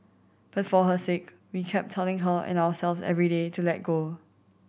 but for her sake we kept telling her and ourselves every day to let go